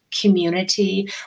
community